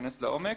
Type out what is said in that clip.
להיכנס לעומק